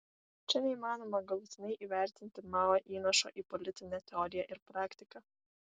čia neįmanoma galutinai įvertinti mao įnašo į politinę teoriją ir praktiką